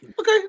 Okay